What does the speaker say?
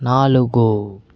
నాలుగు